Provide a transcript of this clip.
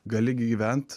gali gyvent